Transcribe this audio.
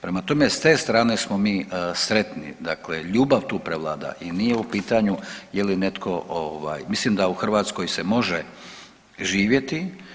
Prema tome s te strane smo mi sretni dakle ljubav tu prevlada i nije u pitanju, je li netko ovaj mislim da u Hrvatskoj se može živjeti.